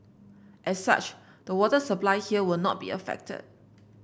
as such the water supply here will not be affected